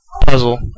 puzzle